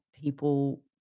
people